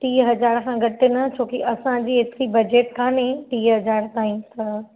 टीह हज़ार खां घटि न छोकी असांजी हेतिरी बजेट काने टीह हज़ार ताईं थोरो